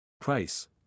Price